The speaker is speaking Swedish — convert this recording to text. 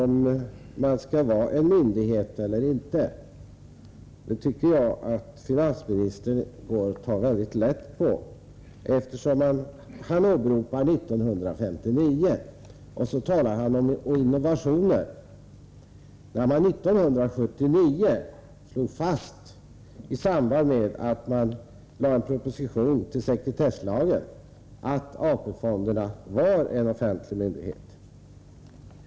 Jag tycker att finansministern tar väldigt lätt på frågan om löntagarfonderna skall vara myndigheter eller inte när han åberopar 1959 och talar om innovationer, trots att man 1979 i samband med en proposition beträffande sekretesslagen slog fast att AP-fonderna var offentliga myndigheter.